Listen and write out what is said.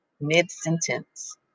mid-sentence